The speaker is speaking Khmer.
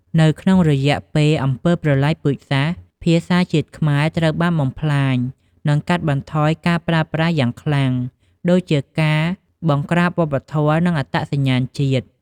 នៅក្នុងរយៈពេលអំពើប្រល័យពូជសាសន៍ ភាសាជាតិខ្មែរត្រូវបានបំផ្លាញ និងកាត់បន្ថយការប្រើប្រាស់យ៉ាងខ្លាំង ដូចជាការបង្ក្រាបវប្បធម៌និងអត្តសញ្ញាណជាតិ។